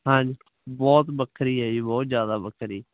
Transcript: ਹਾਂਜੀ ਬਹੁਤ ਵੱਖਰੀ ਹੈ ਜੀ ਬਹੁਤ ਜ਼ਿਆਦਾ ਵੱਖਰੀ